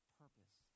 purpose